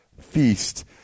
feast